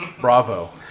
Bravo